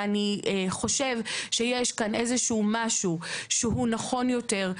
ואני חושב שיש כאן איזשהו משהו שהוא נכון יותר